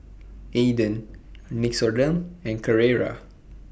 Aden Nixoderm and Carrera